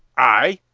i!